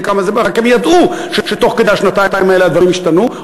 רק הם ידעו שתוך כדי השנתיים האלה הדברים ישתנו,